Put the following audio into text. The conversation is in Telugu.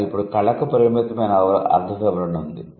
కానీ ఇప్పుడు కళకు పరిమితమైన అర్థ వివరణ ఉంది